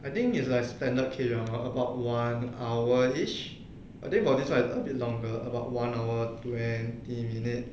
I think is like standard K drama about one hour each I think about this one a bit longer about one hour twenty minute